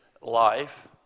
life